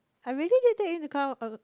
I really didn't take into